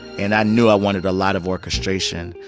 and i knew i wanted a lot of orchestration.